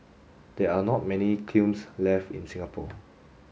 there are not many kilns left in Singapore